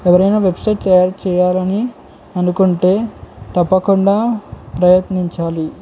ఎవరైనా website share చేయాలని అనుకుంటే తప్పకుండా ప్రయత్నించాలి